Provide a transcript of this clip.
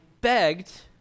begged